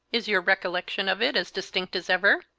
is your recollection of it as distinct as ever?